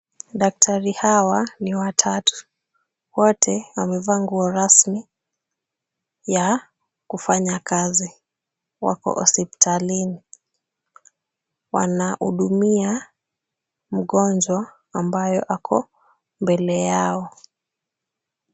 Daktari hawa ni watatu. Wote wamevaa nguo rasmi ya kufanya kazi, wako hospitalini. Wanahudumia mgonjwa ambayo ako mbele yao.